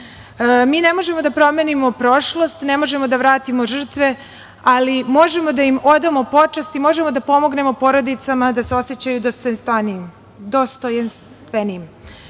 ne možemo da promenimo prošlost, ne možemo da vratimo žrtve, ali možemo da im odamo počast i možemo da pomognemo porodicama da se osećaju dostojanstvenije. NATO